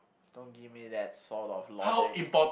don't give me that sort of logic